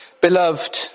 Beloved